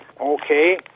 Okay